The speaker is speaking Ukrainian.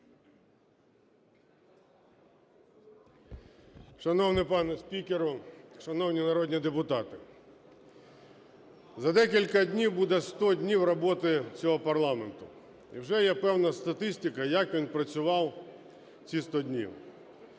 Шановний пане спікер, шановні народні депутати! За декілька днів буде 100 днів роботи цього парламенту. І вже є певна статистика, як він працював ці 100 днів.